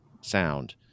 sound